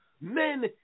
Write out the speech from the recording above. Men